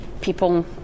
people